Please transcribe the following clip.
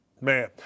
Man